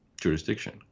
jurisdiction